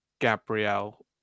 Gabrielle